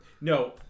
no